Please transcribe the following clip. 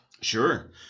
Sure